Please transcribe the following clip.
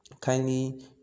kindly